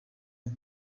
mwe